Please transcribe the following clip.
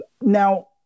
Now